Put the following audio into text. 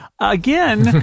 again